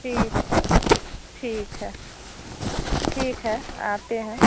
ठीक ठीक है ठीक है आते हैं